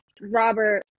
Robert